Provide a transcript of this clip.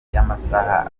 y’amasaha